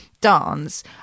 dance